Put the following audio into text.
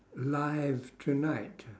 live tonight